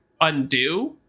undo